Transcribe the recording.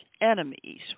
enemies